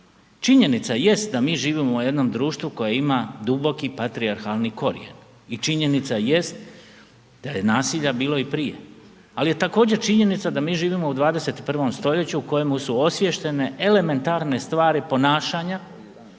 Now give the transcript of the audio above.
Činjenica jest da mi živimo u jednom društvu koje ima duboki patrijarhalni korijen i činjenica jest da je nasilja bilo i prije. Ali je također činjenica da mi živimo u 21. stoljeću u kojemu su osvještene elementarne stvari ponašanja